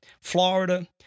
Florida